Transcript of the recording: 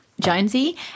Jonesy